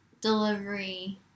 delivery